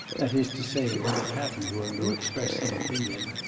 that is to say when it happened to him to express some opinion,